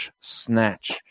snatch